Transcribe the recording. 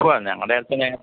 ഉവ്വ ഞങ്ങളുടെ അടുത്ത് തന്നെ